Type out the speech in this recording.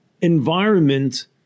environment